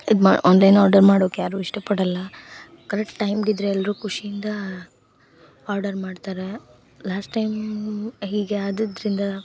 ಇದು ಮಾ online order ಮಾಡೋಕ್ಕೆ ಯಾರೂ ಇಷ್ಟಪಡಲ್ಲ ಕರೆಕ್ಟ್ ಟೈಮ್ಗೆ ಇದ್ದರೆ ಎಲ್ಲರೂ ಖುಷಿಯಿಂದ ಆರ್ಡರ್ ಮಾಡ್ತಾರೆ ಲಾಸ್ಟ್ ಟೈಮ್ ಹೀಗೆ ಆದದ್ದರಿಂದ